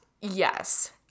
Yes